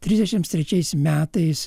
trisdešimt trečiais metais